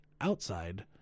outside